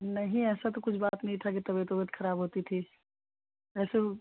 नहीं ऐसा तो कुछ बात नहीं था कि तबीयत वबीयत ख़राब होती थी वैसे वह